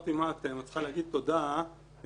אמרתי לה: את צריכה להגיד תודה לגנרל,